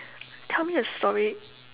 tell me a story